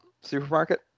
supermarket